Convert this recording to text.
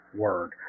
word